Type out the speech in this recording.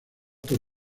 por